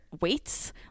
weights